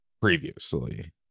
previously